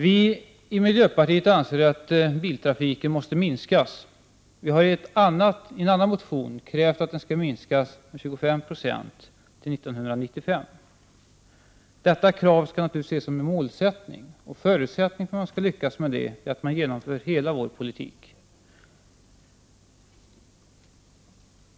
Vi i miljöpartiet anser att biltrafiken måste minskas. I en motion har vi krävt att den skall minskas med 25 9o till 1995. Detta krav skall naturligtvis ses som en målsättning. Förutsättningen för att man skall lyckas därmed är att man genomför hela vår politik.